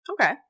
Okay